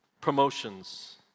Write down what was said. promotions